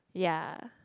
ya